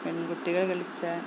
പെൺകുട്ടികൾ കളിച്ചാൽ